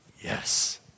Yes